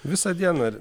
visą dieną ar